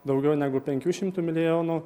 daugiau negu penkių šimtų milijonų